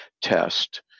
test